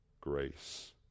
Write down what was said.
grace